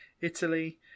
Italy